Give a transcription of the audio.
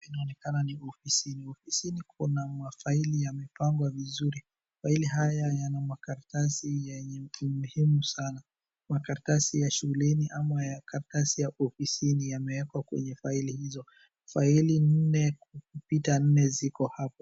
Inaonekana ni ofisi. Ni ofisini kuna mafaili yamepangwa vizuri. Mafaili haya yana makaratasi yenye ni muhimu sana. Makaratasi ya shuleni ama ya karatasi ya ofisini yamewekwa kwenye faili hizo. Faili nne, kupita nne ziko hapo.